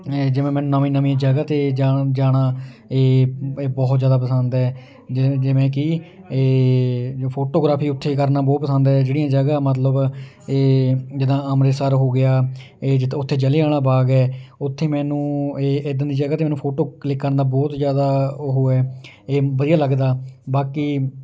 ਇਹ ਜਿਵੇਂ ਮੈਨੂੰ ਨਵੀਂ ਨਵੀਂ ਜਗ੍ਹਾ 'ਤੇ ਜਾ ਜਾਣਾ ਇਹ ਬਹੁਤ ਜ਼ਿਆਦਾ ਪਸੰਦ ਹੈ ਜਿਵੇ ਜਿਵੇਂ ਕਿ ਇਹ ਫੋਟੋਗ੍ਰਾਫੀ ਉੱਥੇ ਕਰਨਾ ਬਹੁਤ ਪਸੰਦ ਹੈ ਜਿਹੜੀਆਂ ਜਗ੍ਹਾ ਮਤਲਬ ਇਹ ਜਿੱਦਾਂ ਅੰਮ੍ਰਿਤਸਰ ਹੋ ਗਿਆ ਇਹ ਉੱਥੇ ਜਲ੍ਹਿਆਂ ਵਾਲਾ ਬਾਗ ਹੈ ਉੱਥੇ ਮੈਨੂੰ ਇਹ ਇੱਦਾਂ ਦੀ ਜਗ੍ਹਾ 'ਤੇ ਮੈਨੂੰ ਫੋਟੋ ਕਲਿੱਕ ਕਰਨ ਦਾ ਬਹੁਤ ਜ਼ਿਆਦਾ ਉਹ ਹੈ ਇਹ ਵਧੀਆ ਲੱਗਦਾ ਬਾਕੀ